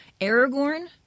Aragorn